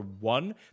one